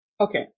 Okay